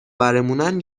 برمونن